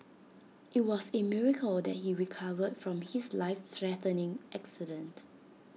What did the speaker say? IT was A miracle that he recovered from his life threatening accident